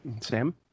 Sam